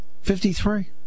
Fifty-three